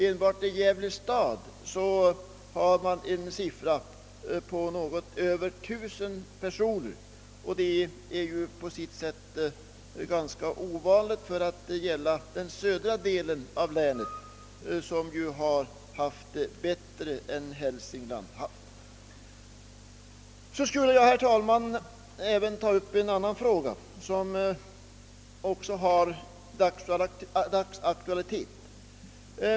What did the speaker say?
Enbart i Gävle stad är antalet arbetslösa något över 1 000 personer, vilket på sitt sätt är ganska ovanligt när det gäller den södra 'delen av länet, där förhållandena är bättre än i Hälsingland. Sedan vill jag också ta upp en annan fråga som har dagsaktualitet.